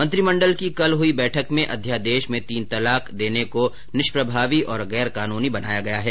मंत्रिमंडल की कल हई बैठक में अध्यादेश में तीन तलाक देने को निष्प्रभावी और गैरकानूनी बनाया गया है